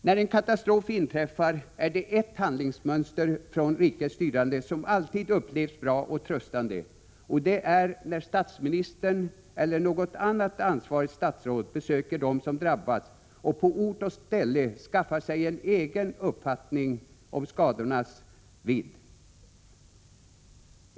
När en katastrof inträffar är det ett handlingsmönster från rikets styrande som alltid upplevs bra och tröstande, och det är när statsministern eller något annat ansvarigt statsråd besöker dem som drabbats och på ort och ställe skaffar sig en egen uppfattning av skadornas vidd.